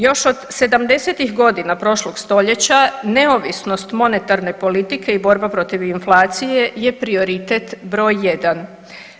Još od '70.-tih godina prošlog stoljeća neovisnost monetarne politike i borba protiv inflacije je prioritet broj jedan.